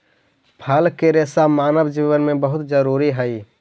फल के रेसा मानव जीवन में बहुत जरूरी हई